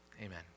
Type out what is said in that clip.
Amen